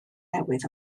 newydd